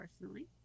personally